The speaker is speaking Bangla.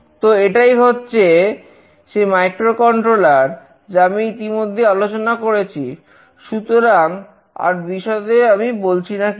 তো এটাই হচ্ছে সেই মাইক্রোকন্ট্রোলার যা আমি ইতিমধ্যেই আলোচনা করেছি সুতরাং আর বিষয়ে আমি বলছি না কিছু